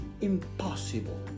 impossible